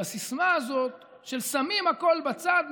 בסיסמה הזאת של: שמים הכול בצד,